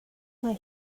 mae